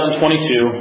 2022